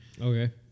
Okay